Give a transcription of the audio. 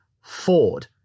Ford